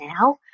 now